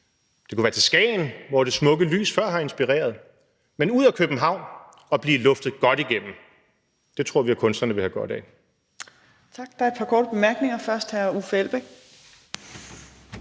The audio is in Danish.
det kunne være til Skagen, hvor det smukke lys før har inspireret. Men ud af København og blive luftet godt igennem – det tror vi at kunstnerne vil have godt af.